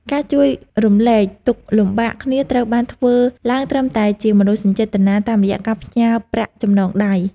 ការជួយរំលែកទុក្ខលំបាកគ្នាត្រូវបានធ្វើឡើងត្រឹមតែជាមនោសញ្ចេតនាតាមរយៈការផ្ញើប្រាក់ចំណងដៃ។